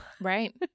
Right